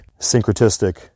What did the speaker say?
syncretistic